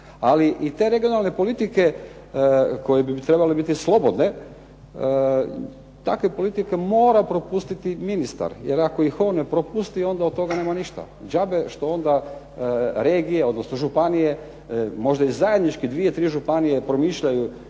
Ali i te regionalne politike koje bi trebale biti slobodne, takva politika mora propustiti ministar, jer ako ih on ne propusti onda od toga nema ništa. Džabe što onda regije, odnosno županije, možda i zajednički dvije, tri županije promišljaju